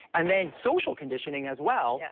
and then social conditioning as well.